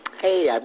Hey